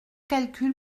calcul